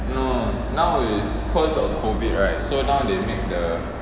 no now is cause of COVID right so now they make the